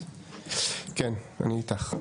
כן, אני איתך.